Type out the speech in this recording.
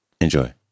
Enjoy